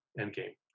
endgame